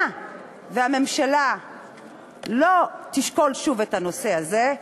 היה והממשלה לא תשקול שוב את הנושא הזה,